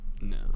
No